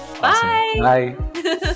Bye